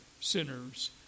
sinners